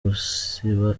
gusiba